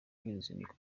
y’uruzinduko